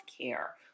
care